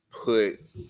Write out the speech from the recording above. put